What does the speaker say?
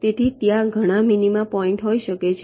તેથી ત્યાં ઘણા મિનિમા પોઇન્ટ હોઈ શકે છે